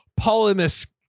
polymus